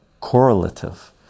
correlative